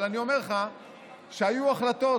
אבל אני אומר לך שהיו החלטות